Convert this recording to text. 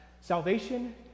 salvation